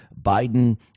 biden